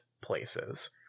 places